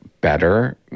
better